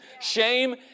Shame